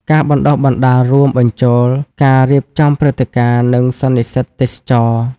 ការបណ្តុះបណ្តាលរួមបញ្ចូលការរៀបចំព្រឹត្តិការណ៍ និងសន្និសិទទេសចរណ៍។